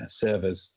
servers